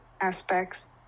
aspects